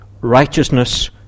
righteousness